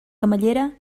camallera